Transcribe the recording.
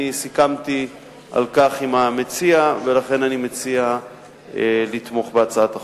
אני סיכמתי על כך עם המציע ולכן אני מציע לתמוך בהצעת החוק.